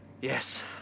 Yes